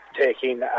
taking